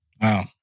Wow